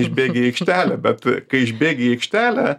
išbėgi į aikštelę bet kai išbėgi į aikštelę